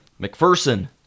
McPherson